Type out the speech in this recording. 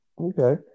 Okay